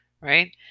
right